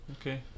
Okay